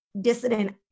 dissident